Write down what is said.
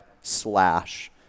slash